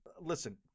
Listen